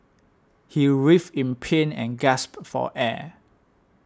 he writhed in pain and gasped for air